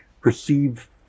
perceive